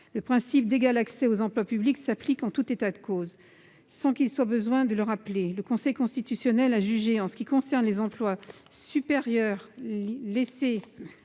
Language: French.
Le principe d'égal accès aux emplois publics s'applique en tout état de cause, sans qu'il soit besoin de le rappeler. Le Conseil constitutionnel a jugé, s'agissant des emplois supérieurs laissés